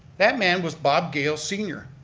that man was bob gayle sr.